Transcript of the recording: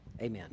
Amen